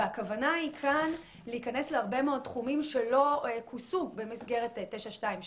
והכוונה כאן היא להיכנס להרבה מאוד תחומים שלא כוסו במסגרת 922